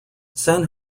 san